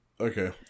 Okay